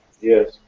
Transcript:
yes